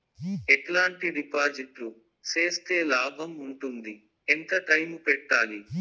ఎట్లాంటి డిపాజిట్లు సేస్తే లాభం ఉంటుంది? ఎంత టైము పెట్టాలి?